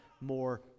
more